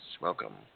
welcome